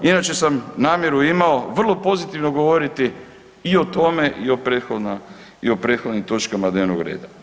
Inače sam namjeru imao vrlo pozitivno govoriti i o tome i o prethodnim točkama dnevnog reda.